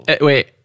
wait